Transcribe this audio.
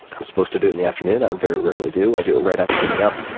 i'm supposed to do it in the afternoon i very rarely do. i do it right after getting up.